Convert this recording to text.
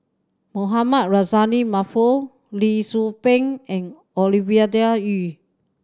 Mohamed Rozani Maarof Lee Tzu Pheng and Ovidia Yu